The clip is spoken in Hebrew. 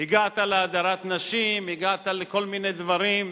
הגעת להדרת נשים, הגעת לכל מיני דברים,